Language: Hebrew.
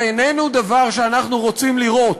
זה איננו דבר שאנחנו רוצים לראות,